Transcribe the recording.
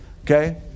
Okay